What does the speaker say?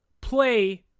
play